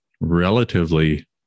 relatively